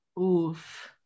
Oof